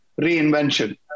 reinvention